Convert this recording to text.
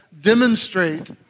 demonstrate